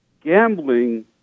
gambling